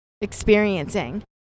experiencing